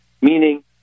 Meaning